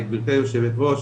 גברתי היושבת ראש,